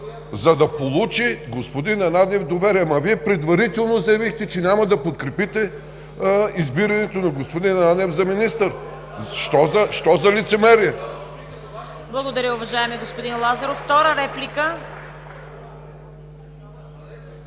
за да получи господин Ананиев доверие. Вие предварително заявихте, че няма да подкрепите избирането на господин Ананиев за министър. Що за лицемерие?! ПРЕДСЕДАТЕЛ ЦВЕТА КАРАЯНЧЕВА: Благодаря, уважаеми господин Лазаров. Втора реплика?